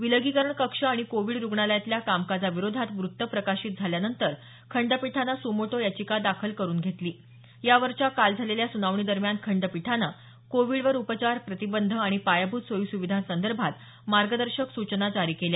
विलगीकरण कक्ष आणि कोविड रुग्णालयातल्या कामकाजाविरोधात वृत्त प्रकाशित झाल्यानंतर खंडपीठानं सुमोटो याचिका दाखल करुन घेतली यावरच्या काल झालेल्या सुनावणीदरम्यान खंडपीठानं कोविडवर उपचार प्रतिबंध आणि पायाभूत सोयी सुविधांसंदर्भात मार्गदर्शक सूचना जारी केल्या